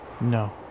no